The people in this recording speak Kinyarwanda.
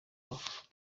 north